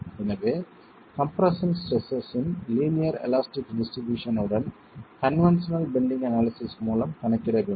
எனவே compression stresses in linear elastic distribution உடன் conventional bending analysis மூலம் கணக்கிட வேண்டும்